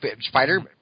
Spider